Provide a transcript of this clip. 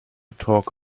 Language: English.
talk